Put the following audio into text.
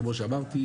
כמו שאמרתי,